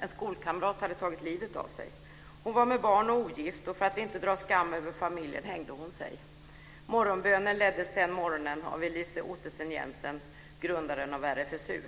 En skolkamrat hade tagit livet av sig. Hon var med barn och ogift, och för att inte dra skam över familjen hängde hon sig. Morgonbönen leddes den morgonen av Elise Ottesen-Jensen, grundaren av RFSU.